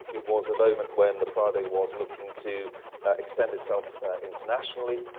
it was a moment when the prado was looking to extend itself internationally.